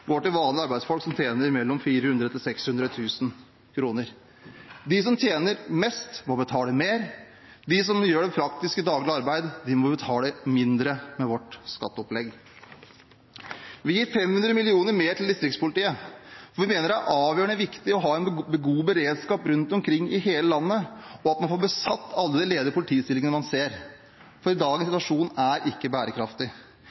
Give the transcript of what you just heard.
går til vanlige arbeidsfolk som tjener mellom 400 000 kr og 600 000 kr. De som tjener mest, må betale mer, de som gjør det praktiske daglige arbeidet, må betale mindre med vårt skatteopplegg. Vi gir 500 mill. kr mer til distriktspolitiet, for vi mener det er avgjørende viktig å ha en god beredskap rundt omkring i hele landet, og at man får besatt alle de ledige politistillingene man ser. Dagens